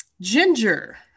Ginger